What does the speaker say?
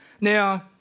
Now